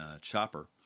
Chopper